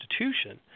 institution